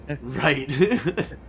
Right